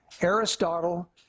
Aristotle